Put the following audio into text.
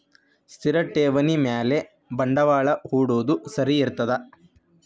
ಸ್ಥಿರ ಠೇವಣಿ ಮ್ಯಾಲೆ ಬಂಡವಾಳಾ ಹೂಡೋದು ಸರಿ ಇರ್ತದಾ?